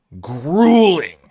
grueling